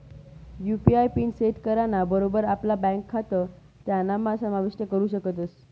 UPI PIN set कराना बरोबर आपला ब्यांक खातं त्यानाम्हा समाविष्ट करू शकतस